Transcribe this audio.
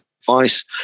advice